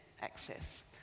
access